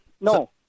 no